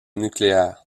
nucléaire